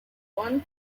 one